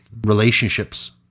relationships